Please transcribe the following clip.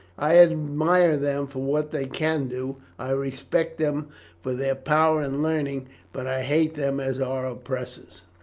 i admire them for what they can do i respect them for their power and learning but i hate them as our oppressors.